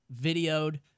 videoed